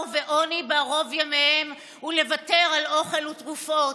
ועוני בערוב ימיהם ולוותר על אוכל ותרופות.